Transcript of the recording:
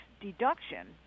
deduction